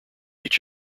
each